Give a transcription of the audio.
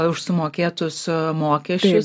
už sumokėtus mokesčius